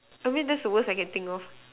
I mean that's the worst I can think off